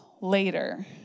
later